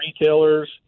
retailers